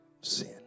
sin